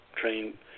train